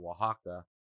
Oaxaca